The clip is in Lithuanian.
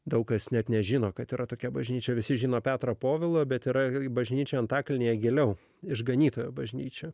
daug kas net nežino kad yra tokia bažnyčia visi žino petrą povilą bet yra ir į bažnyčią antakalnyje giliau išganytojo bažnyčią